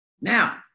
Now